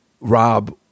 Rob